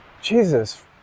Jesus